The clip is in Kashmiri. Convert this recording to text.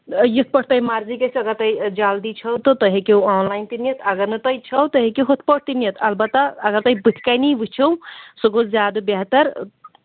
یِتھ پٲٹھۍ تۄہہِ مرضی گَژھِ اگر تۄہہِ جلدی چھَو تہٕ تۄہہِ ہٮ۪کِو آنلایَن تہِ نِتھ اگر نہٕ تۄہہِ چھَو تۄہہِ ہیٚکِو ہُتھ پٲٹھۍ تہِ نِتھ البتہ اگر تۄہہِ بٕتھِ کَنی وِچھِو سُہ گوٚو زیادٕ بہتر